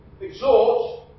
exhort